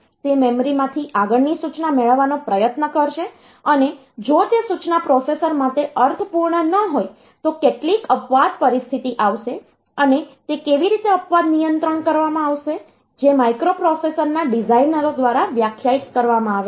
તે મેમરીમાંથી આગળની સૂચના મેળવવાનો પ્રયત્ન કરશે અને જો તે સૂચના પ્રોસેસર માટે અર્થપૂર્ણ ન હોય તો કેટલીક અપવાદ પરિસ્થિતિ આવશે અને તે કેવી રીતે અપવાદ નિયંત્રિત કરવામાં આવશે જે માઇક્રોપ્રોસેસર્સના ડિઝાઇનરો દ્વારા વ્યાખ્યાયિત કરવામાં આવે છે